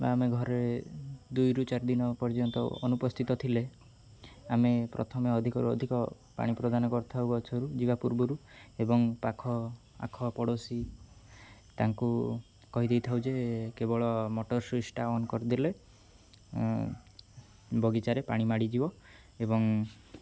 ବା ଆମେ ଘରେ ଦୁଇରୁ ଚାରି ଦିନ ପର୍ଯ୍ୟନ୍ତ ଅନୁପସ୍ଥିତ ଥିଲେ ଆମେ ପ୍ରଥମେ ଅଧିକରୁ ଅଧିକ ପାଣି ପ୍ରଦାନ କରିଥାଉ ଗଛରୁ ଯିବା ପୂର୍ବରୁ ଏବଂ ପାଖ ଆଖ ପଡ଼ୋଶୀ ତାଙ୍କୁ କହିଦେଇଥାଉ ଯେ କେବଳ ମଟର ସୁଇଚ୍ଟା ଅନ୍ କରିଦେଲେ ବଗିଚାରେ ପାଣି ମାଡ଼ିଯିବ ଏବଂ